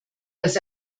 dass